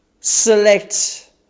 select